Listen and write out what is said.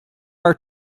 are